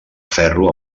ferro